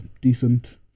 decent